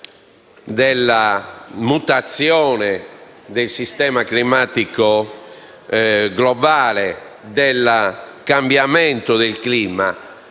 della mutazione del sistema climatico globale e del cambiamento del clima